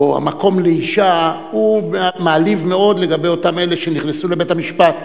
או "המקום לאשה" זה מעליב מאוד לגבי אותם אלה שנכנסו לבית-המשפט,